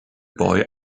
boy